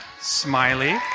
Smiley